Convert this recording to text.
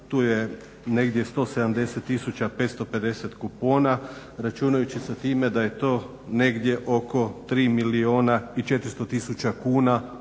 Tu je negdje 170 tisuća 550 kupona, računajući sa time da je to negdje oko 3 milijuna 400 tisuća kuna